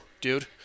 dude